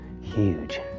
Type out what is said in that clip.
huge